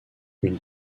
une